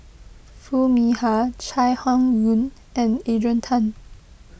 Foo Mee Har Chai Hon Yoong and Adrian Tan